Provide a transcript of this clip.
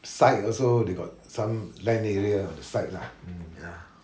site also they got some land area on the side lah ya